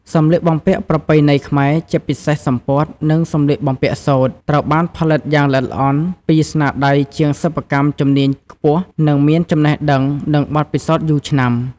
សម្លៀកបំពាក់ប្រពៃណីខ្មែរ ជាពិសេសសំពត់ និងសម្លៀកបំពាក់សូត្រ ត្រូវបានផលិតយ៉ាងល្អិតល្អន់ពីស្នាដៃជាងសិប្បកម្មជំនាញខ្ពស់ ដែលមានចំណេះដឹង និងបទពិសោធន៍យូរឆ្នាំ។